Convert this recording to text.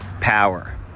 power